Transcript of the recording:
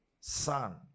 son